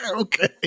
Okay